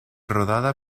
rodada